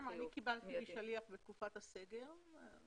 אני קיבלתי עם שליח בתקופת הסגר.